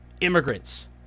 immigrants